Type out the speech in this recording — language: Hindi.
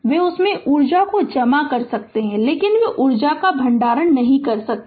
वे उनमें ऊर्जा जमा कर सकते हैं लेकिन वे ऊर्जा का भंडारण नहीं कर सकते